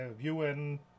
UN